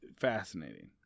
fascinating